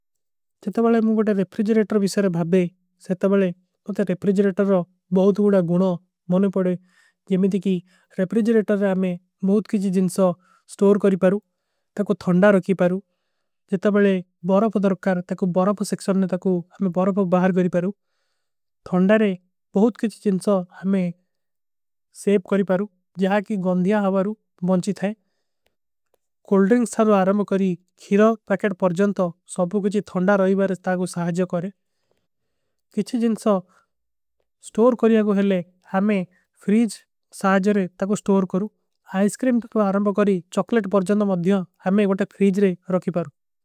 ଜତଵଲେ ମୁଝେ ଏକ ରେପରିଜରେଟର ଵିଶରେ ଭାବେ ସେତଵଲେ ଅପନେ ରେପରିଜରେଟର। ରା ବହୁତ ଗୁଣା ମୌନେ ପଡେ ଜମଯତି କୀ ରେପରିଜରେଟର ରେ ଆମେ ବହୁତ କିଚୀ। ଜିନସା ସ୍ଟୋର କରୀ ପାରୂ ତକୋ ଥଂଡା ରୋଖୀ ପାରୂ ଜତଵଲେ ବାରାପ ଦରକାର। ତକୋ ବାରାପ ସେକ୍ଷର ନେ ତକୋ ହମେଂ ବାରାପ ବାହର କରୀ ପାରୂ ଥଂଡା ରେ ବହୁତ। କିଚୀ ଜିନସା ହମେଂ ସେପ କରୀ ପାରୂ ଜଯା କୀ ଗଂଧିଯା ହାଵାରୂ ମୌଂଚୀ ଥାଏ। କୋଲ୍ଡ୍ରିଂଗ ସାରୋ ଆରାମପ କରୀ ଖୀରୋଗ ପୈକେଟ ପରଜନ ତୋ ସବକୁଛୀ ଥଂଡା। ରହୀ ବାରେଶ ତାକୋ ସହାଜ କରେ କିଚୀ ଜିନସା ସ୍ଟୋର କରୀ ଆଗୋ ହୈଲେ ହମେଂ। ଫ୍ରୀଜ ସହାଜରେ ତାକୋ ସ୍ଟୋର କରୂ ଆଇସକ୍ରିମ ତକ ଆରାମପ କରୀ। ଚୋକଲେଟ ପରଜନ ତୋ ମଦ୍ଯୋଂ ହମେଂ ଏକ ଵାଟେ ଫ୍ରୀଜ ରେ ରୋଖୀ ପାରୂ।